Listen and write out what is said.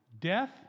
death